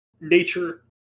nature